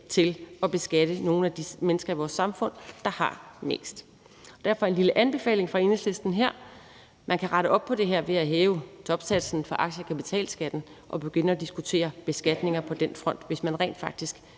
til at beskatte nogle af de mennesker i vores samfund, der har mest. Derfor har jeg en lille anbefaling fra Enhedslisten her: Man kan rette op på det her ved at hæve topsatsen for aktie- og kapitalskatten og begynde at diskutere beskatninger på den front, hvis man rent faktisk